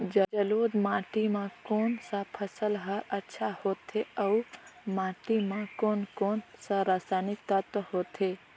जलोढ़ माटी मां कोन सा फसल ह अच्छा होथे अउर माटी म कोन कोन स हानिकारक तत्व होथे?